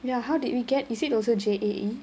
ya how did we get is it also J_A_E